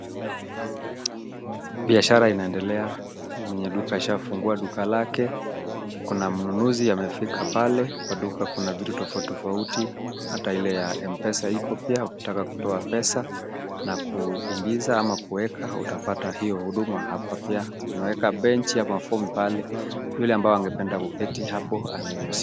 Biashara inaendelea, mwenye duka ameshafungua duka lake, kuna mnunuzi amefika pale, kwa duka kuna vitu tofauti tofauti, hata ile ya Mpesa iko pia, ukitaka kutoa pesa na kuingiza ama kuweka utapata hiyo huduma hapa pia, wameweka bench ama fomu pale, yule ambaye angependa kuketi hapo ameruhusiwa.